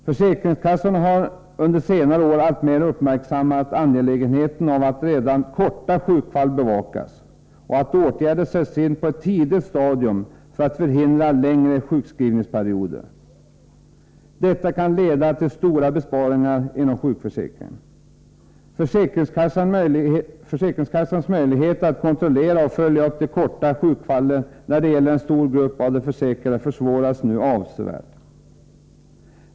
Försäkringskassorna har under senare år alltmer uppmärksammat angelägenheten av att redan korta sjukfall bevakas och att åtgärder sätts in på ett tidigt stadium för att förhindra längre sjukskrivningsperioder. Detta kan leda till stora besparingar inom sjukförsäkringen. Försäkringskassans möjligheter att kontrollera och följa upp korta sjukfall när det gäller en stor grupp av försäkrade försvåras nu avsevärt.